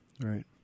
Right